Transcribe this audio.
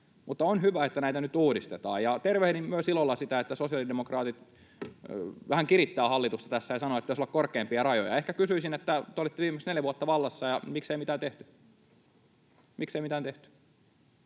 Mutta on hyvä, että näitä nyt uudistetaan. Tervehdin ilolla myös sitä, että sosiaalidemokraatit vähän kirittävät hallitusta tässä ja sanovat, että pitäisi olla korkeampia rajoja. Ehkä kysyisin, että kun te olitte viimeiset neljä vuotta vallassa, niin miksei mitään tehty. Miksei mitään tehty?